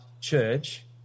church